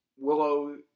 Willow